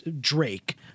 Drake